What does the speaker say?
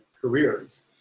careers